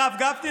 הרב גפני,